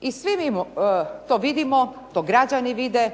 I svi mi to vidimo, to građani vide.